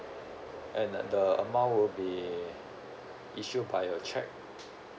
and uh the amount will be issued by a cheque